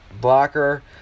blocker